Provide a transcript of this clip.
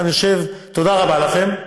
תודה רבה לכם.